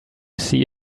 see